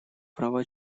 права